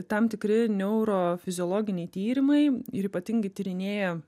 tam tikri neurofiziologiniai tyrimai ir ypatingai tyrinėja